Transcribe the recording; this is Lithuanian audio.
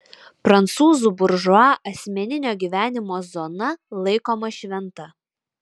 prancūzų buržua asmeninio gyvenimo zona laikoma šventa